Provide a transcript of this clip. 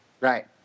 Right